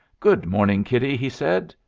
good morning, kiddie, he said,